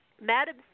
Madam